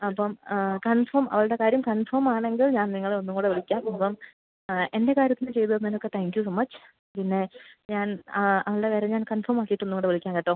അപ്പോഴ്ഡ confirm അവളുടെ കാര്യം കൺഫേമാണെങ്കിൽ ഞാൻ നിങ്ങളെ ഒന്നും കൂടെ വിളിക്കാം അപ്പോള് എൻ്റെ കാര്യത്തിന് ചെയ്തുതന്നതിനൊക്കെ താങ്ക്യൂ സോ മച്ച് പിന്നെ ഞാൻ ആ അവളുടെ കാര്യം ഞാൻ കൺഫേമാക്കിയിട്ടൊന്നുകൂടെ വിളിക്കാം കേട്ടോ